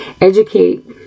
educate